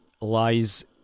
lies